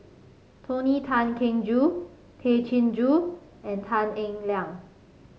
Tony Tan Keng Joo Tay Chin Joo and Tan Eng Liang